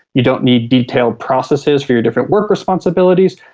you don't need detailed processes for your different work responsibilities,